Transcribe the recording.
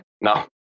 now